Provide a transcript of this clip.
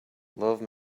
love